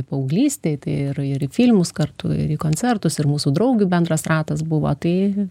paauglystėj tai ir į fylmus kartu ir į koncertus ir mūsų draugių bendras ratas buvo tai